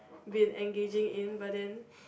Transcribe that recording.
been engaging in but then